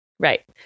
Right